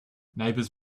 neighbors